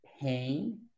pain